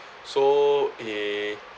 so eh